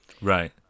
Right